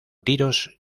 tiros